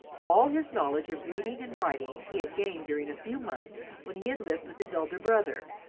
all his knowledge of reading and writing he had gained during a few months, when he had lived with his elder brother,